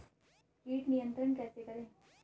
कीट नियंत्रण कैसे करें?